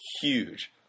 huge